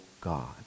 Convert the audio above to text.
God